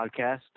podcast